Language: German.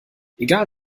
egal